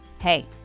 hey